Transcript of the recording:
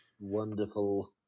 Wonderful